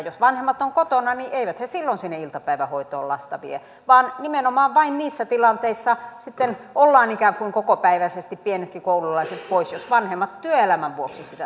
jos vanhemmat ovat kotona niin eivät he silloin sinne iltapäivähoitoon lasta vie vaan nimenomaan vain niissä tilanteissa sitten ovat ikään kuin kokopäiväisesti pienetkin koululaiset poissa jos vanhemmat työelämän vuoksi sitä tarvitsevat